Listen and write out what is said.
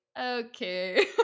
okay